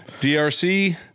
DRC